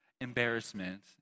embarrassment